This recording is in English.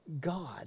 God